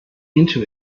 into